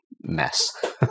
mess